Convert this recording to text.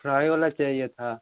fry वाला चाहिए था